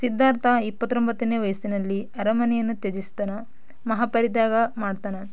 ಸಿದ್ಧಾರ್ಥ ಇಪ್ಪತ್ತೊಂಬತ್ತನೇ ವಯಸ್ಸಿನಲ್ಲಿ ಅರಮನೆಯನ್ನು ತ್ಯಜಿಸ್ತಾನೆ ಮಹಾ ಪರಿತ್ಯಾಗ ಮಾಡ್ತಾನೆ